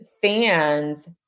fans